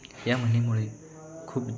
या म्हणीमुळे खूप